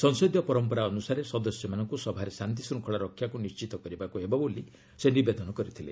ସଂସଦୀୟ ପରମ୍ପରା ଅନୁସାରେ ସଦସ୍ୟମାନଙ୍କୁ ସଭାରେ ଶନ୍ତି ଶୃଙ୍ଖଳା ରକ୍ଷାକୁ ନିଣ୍ଚିତ କରିବାକୁ ହେବ ବୋଲି ସେ ନିବେଦନ କରିଥିଲେ